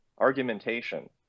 argumentation